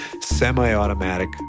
semi-automatic